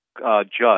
judge